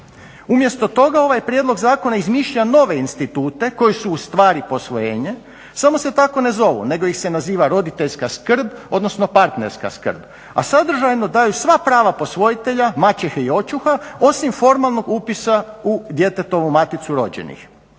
Umjesto toga ovaj prijedlog zakona izmišlja nove institute koji su ustvari posvojenje samo se tako ne zovu nego ih se naziva roditeljska skrb, odnosno partnerska skrb, a sadržajno daju sva prava posvojitelja, maćehe i očuha osim formalnog upis u djetetovu maticu rođenih.